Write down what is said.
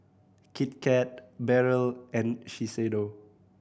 Kit Kat Barrel and Shiseido